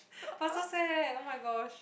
faster say oh-my-gosh